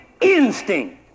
instinct